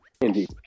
Indeed